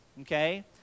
Okay